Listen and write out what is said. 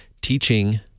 teaching